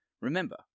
Remember